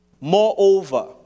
Moreover